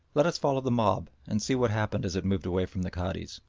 let us follow the mob and see what happened as it moved away from the cadi's.